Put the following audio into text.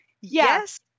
Yes